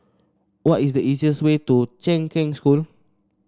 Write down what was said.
what is the easiest way to Kheng Cheng School